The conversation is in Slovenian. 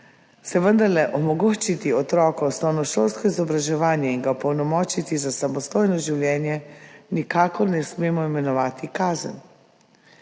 da otroku omogočimo osnovnošolsko izobraževanje in ga opolnomočimo za samostojno življenje, nikakor ne smemo imenovati kazen.